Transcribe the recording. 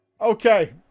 Okay